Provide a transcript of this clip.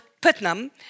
Putnam